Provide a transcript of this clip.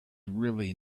really